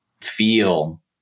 feel